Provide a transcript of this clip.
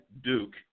Duke